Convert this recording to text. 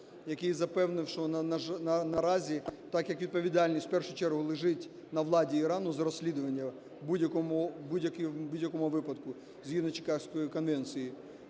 який запевнив, що наразі, так як відповідальність в першу чергу лежить на владі Ірану з розслідування, в будь-якому випадку згідно Чиказької конвенції